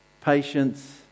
patience